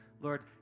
Lord